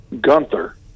Gunther